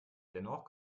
dennoch